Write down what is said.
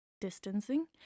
distancing